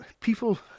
people